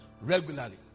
regularly